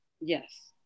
Yes